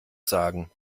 sagen